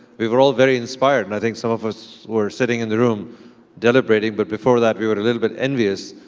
we were all very inspired. and i think some of us were sitting in the room deliberating. but before that, we were a little bit envious.